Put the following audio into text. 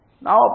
Now